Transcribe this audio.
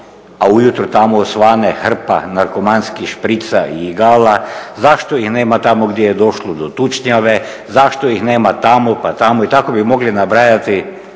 a ujutro tamo osvane hrpa narkomanskih šprica i igala, zašto ih nema tamo gdje je došlo do tučnjave, zašto ih nema tamo pa tamo i tako bi mogli nabrajati